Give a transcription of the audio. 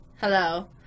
Hello